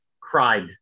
cried